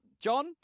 John